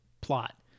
plot